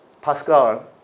Pascal